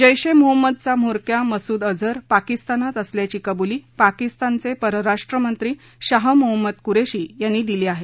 जैश ए मोहम्मदचा म्होरक्या मसुद अझर पाकिस्तानात असल्याची कबुली पाकिस्तानचे परराष्ट्र मंत्री शाह मोहम्मद कुरेशी यांनी दिली आहे